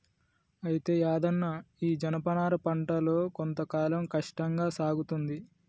అయితే యాదన్న ఈ జనపనార పంటలో కొంత కాలం కష్టంగా సాగుతుంది